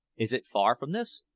is it far from this?